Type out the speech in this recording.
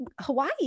Hawaii